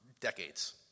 Decades